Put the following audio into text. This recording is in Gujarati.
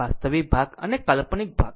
વાસ્તવિક ભાગ અને કાલ્પનિક ભાગ